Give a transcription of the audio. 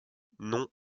non